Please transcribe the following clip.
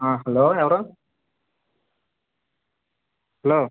hello ఎవరు hello